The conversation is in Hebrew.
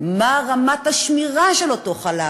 מה רמת השמירה של אותו חלב,